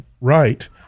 right